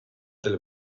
del